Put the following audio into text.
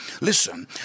Listen